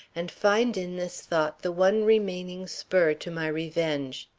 and find in this thought the one remaining spur to my revenge.